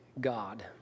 God